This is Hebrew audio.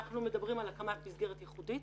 אנחנו מדברים על הקמת מסגרת ייחודית,